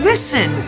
Listen